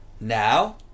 now